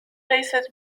ليست